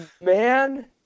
man